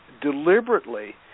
deliberately